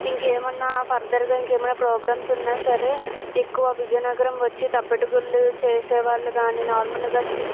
ఇంకా ఏమన్నా ఫర్దర్గా ఇంకా ఏమైనా ప్రోగ్రామ్స్ ఉన్నా సరే ఎక్కువ విజయనగరం వచ్చి తప్పెట గుళ్ళు చేసే వాళ్ళు కానీ నార్మల్గా స్టిక్